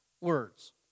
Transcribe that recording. words